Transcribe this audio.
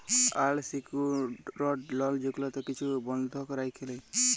আল secured লল যেগুলাতে কিছু বল্ধক রাইখে লেই